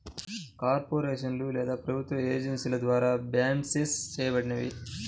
కార్పొరేషన్లు లేదా ప్రభుత్వ ఏజెన్సీల ద్వారా బాండ్సిస్ చేయబడినవి